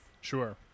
Sure